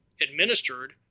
administered